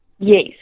Yes